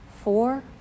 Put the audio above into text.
four